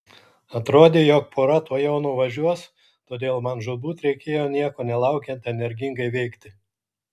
atrodė jog pora tuojau nuvažiuos todėl man žūtbūt reikėjo nieko nelaukiant energingai veikti